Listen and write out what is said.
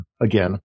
again